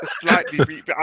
slightly